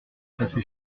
café